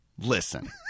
listen